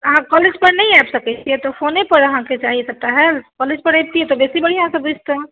अहाँ कॉलेज पर नहि आबि सकैत छी तऽ फोने पर अहाँकेँ चाही सबटा हेल्प कॉलेज पर एबतियै तऽ बेसी बढ़िआँसँ बुझतहुँ